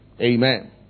Amen